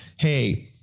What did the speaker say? hey,